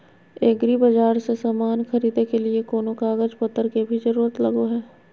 एग्रीबाजार से समान खरीदे के लिए कोनो कागज पतर के भी जरूरत लगो है?